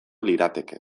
lirateke